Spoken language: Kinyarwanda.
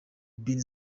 bin